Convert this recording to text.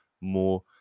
more